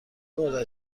مدت